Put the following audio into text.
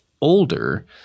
older